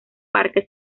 parque